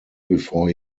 before